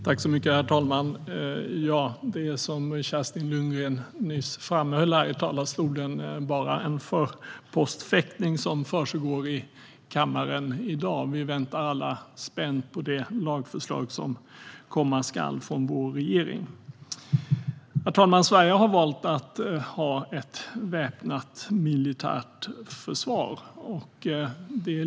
Herr talman! Som Kerstin Lundgren nyss framhöll här i talarstolen är det bara en förpostfäktning som försiggår i kammaren i dag. Vi väntar alla spänt på det lagförslag som komma skall från regeringen. Herr talman! Sverige har valt att ha ett väpnat militärt försvar.